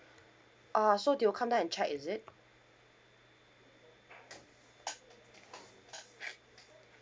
uh so they'll come down and check is it